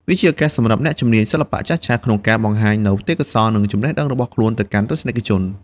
វាជាឱកាសសម្រាប់អ្នកជំនាញសិល្បៈចាស់ៗ ក្នុងការបង្ហាញនូវទេពកោសល្យ និងចំណេះដឹងរបស់ខ្លួនទៅកាន់ទស្សនិកជន។